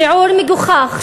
שיעור מגוחך,